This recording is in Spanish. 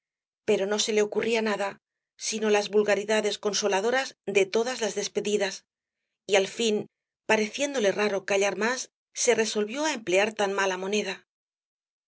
pero no se le ocurría nada sino las vulgaridades consoladoras de todas las despedidas y al fin pareciéndole raro callar más se resolvió á emplear tan mala moneda